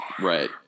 Right